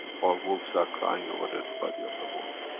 our wolfs are crying over dead body of a wolf.